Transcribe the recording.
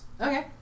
Okay